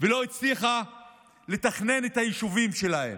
ולא הצליחו לתכנן את היישובים שלהם.